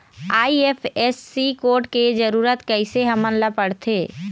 IFSC code के जरूरत कैसे हमन ला पड़थे?